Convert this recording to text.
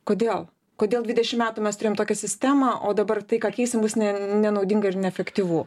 kodėl kodėl dvidešimt metų mes turėjom tokią sistemą o dabar tai ką keisim bus nenaudinga ir neefektyvu